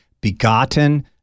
begotten